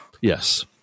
Yes